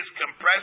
compressed